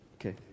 Okay